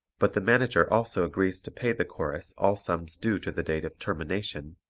but the manager also agrees to pay the chorus all sums due to the date of termination,